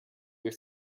your